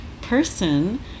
person